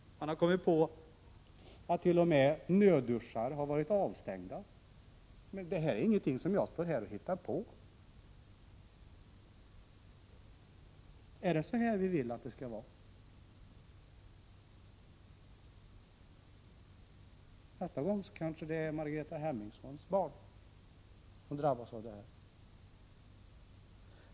Man har t.o.m. kommit på att nödduschar varit avstängda. Detta är ingenting som jag står här och hittar på. Är det så här ni vill att det skall vara? Nästa gång kanske det är Margareta Hemmingssons barn som drabbas.